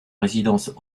résidence